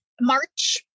March